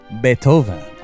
Beethoven